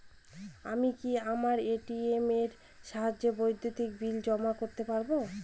আমি কি আমার এ.টি.এম এর সাহায্যে বিদ্যুতের বিল জমা করতে পারব?